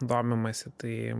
domimasi tai